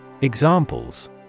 Examples